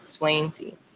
Swainsey